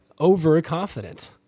overconfident